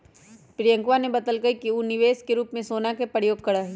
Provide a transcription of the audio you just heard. प्रियंकवा ने बतल कई कि ऊ निवेश के रूप में सोना के प्रयोग करा हई